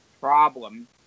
problem